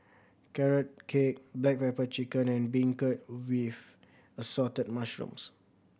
Carrot Cake black pepper chicken and beancurd with Assorted Mushrooms